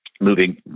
Moving